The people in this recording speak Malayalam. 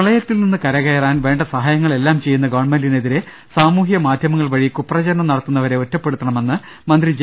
പ്രളയത്തിൽ നിന്ന് കരകയറാൻ വേണ്ട സഹായങ്ങളെല്ലാം ചെയ്യുന്ന ഗവൺമെന്റിനെതിരെ സാമൂഹ്യമാധ്യമങ്ങൾ വഴി കുപ്രചരണം നടത്തുന്നവരെ ഒറ്റപ്പെടുത്തണമെന്ന് മന്ത്രി ജെ